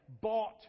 bought